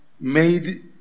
made